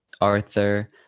Arthur